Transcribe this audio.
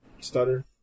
stutter